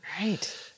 Right